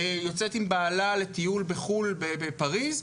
יוצאת עם בעלה לטיול בחו"ל בפריז,